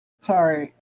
Sorry